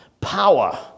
power